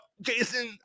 Jason